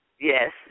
yes